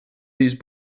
these